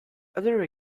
other